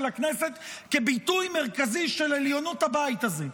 הכנסת כביטוי מרכזי של עליונות הבית הזה,